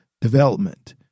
development